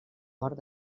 mort